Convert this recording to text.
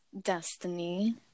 destiny